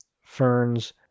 ferns